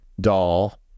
doll